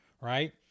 right